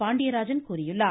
பாண்டியராஜன் கூறியுள்ளார்